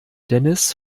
dennis